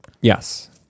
yes